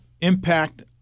impact